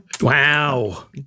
Wow